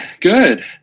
good